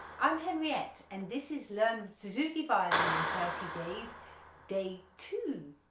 i'm henriette and this is learn suzuki violin in thirty days day two.